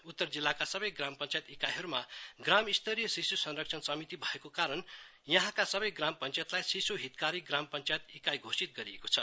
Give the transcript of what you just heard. उत्तर जिल्लाका सबै ग्राम पंचायत इकाईहरुमा ग्राम स्तरीय शिशु संरक्षण समिति भएकी कारण यहाँका सवै ग्राम पंचायतलाई शिशु हितकारी ग्राम पंचायत इकाइ घोषित गरिएको छ